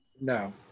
No